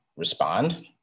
respond